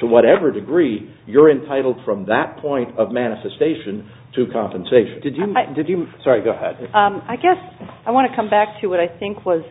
to whatever degree you're entitled from that point of manifestation to compensation to jim did you sorry go ahead i guess i want to come back to what i think was